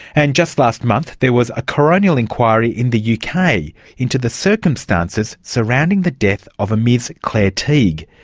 and just last month there was a coronial inquiry in the uk kind of into the circumstances surrounding the death of a ms claire teague.